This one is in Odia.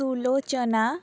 ସୁଲୋଚନା